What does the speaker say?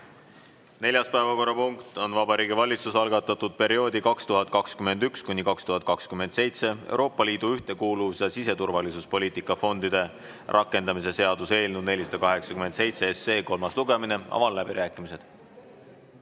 Neljas päevakorrapunkt on Vabariigi Valitsuse algatatud perioodi 2021–2027 Euroopa Liidu ühtekuuluvus- ja siseturvalisuspoliitika fondide rakendamise seaduse eelnõu 487 kolmas lugemine. Avan läbirääkimised.